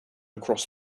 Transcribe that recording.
across